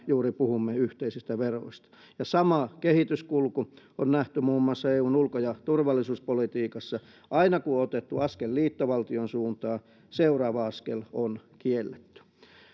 juuri yhteisistä veroista ja sama kehityskulku on nähty muun muassa eun ulko ja turvallisuuspolitiikassa aina kun on otettu askel liittovaltion suuntaan seuraava askel on kielletty